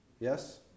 Yes